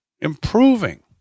Improving